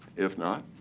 if not,